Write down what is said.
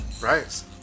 Right